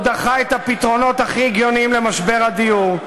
הוא דחה את הפתרונות הכי הגיוניים למשבר הדיור,